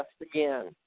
again